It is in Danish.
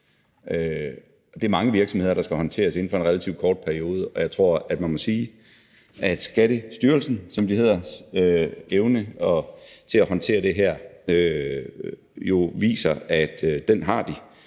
det er mange virksomheder, der skal håndteres inden for en relativt kort periode, og jeg tror, at man må sige, at Skattestyrelsen, som den hedder, og dens evne til at håndtere det her jo viser, at den evne har de.